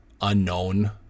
unknown